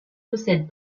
possède